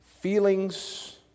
Feelings